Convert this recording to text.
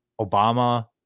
obama